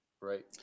Right